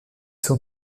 sont